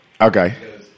Okay